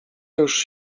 już